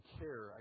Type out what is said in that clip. care